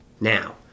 Now